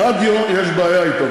ברדיו יש בעיה אתו,